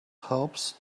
helps